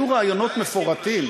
אלה היו רעיונות מפורטים.